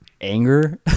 anger